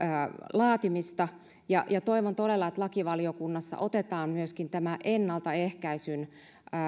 laatimista ja ja toivon todella että lakivaliokunnassa otetaan myöskin tämä ennaltaehkäisyn